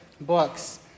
books